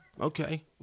okay